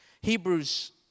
Hebrews